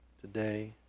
today